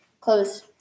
Close